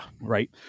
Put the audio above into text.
Right